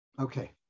Okay